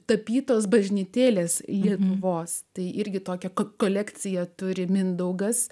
tapytos bažnytėlės lietuvos tai irgi tokią kolekciją turi mindaugas